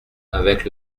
avec